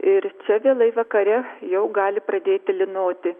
ir čia vėlai vakare jau gali pradėti lynoti